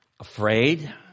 Afraid